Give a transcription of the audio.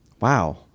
Wow